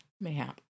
Mayhap